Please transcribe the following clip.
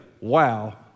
wow